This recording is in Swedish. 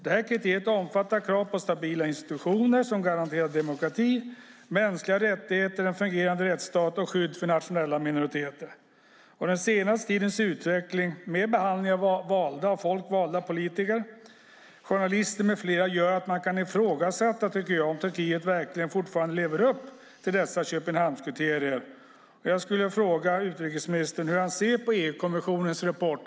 Dessa kriterier omfattar krav på stabila institutioner som garanterar demokrati, mänskliga rättigheter, en fungerande rättsstat och skydd för nationella minoriteter. Jag tycker att den senaste tidens utveckling med behandlingen av folkvalda politiker, journalister med flera gör att man kan ifrågasätta om Turkiet verkligen fortfarande lever upp till dessa Köpenhamnskriterier. Jag skulle vilja fråga utrikesministern hur han ser på EU-kommissionens rapport.